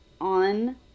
on